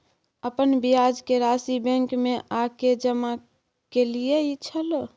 अपन ब्याज के राशि बैंक में आ के जमा कैलियै छलौं?